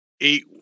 Eight